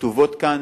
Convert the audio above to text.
שכתובות כאן.